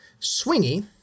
swingy